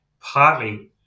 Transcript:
partly